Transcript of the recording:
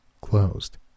closed